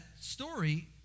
story